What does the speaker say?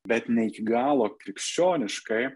bet ne iki galo krikščioniškai